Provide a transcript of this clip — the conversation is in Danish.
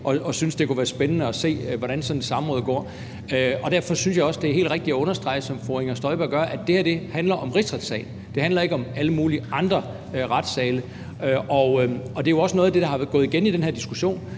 som synes, det kunne være spændende at se, hvordan sådan et samråd foregår. Og derfor synes jeg også, det er helt rigtigt at understrege, som fru Inger Støjberg gør, at det her handler om rigsretssager – det handler ikke om alle mulige andre retssale. Det er jo også noget af det, der er gået igen i den her diskussion